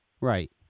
Right